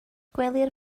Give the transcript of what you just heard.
gwelir